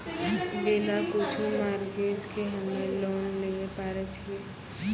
बिना कुछो मॉर्गेज के हम्मय लोन लिये पारे छियै?